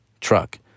truck